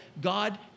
God